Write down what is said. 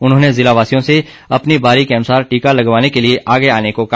उन्होंने जिलावासियों से अपनी बारी के अनुसार टीका लगवाने के लिए आगे आने को कहा